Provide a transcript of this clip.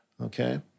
Okay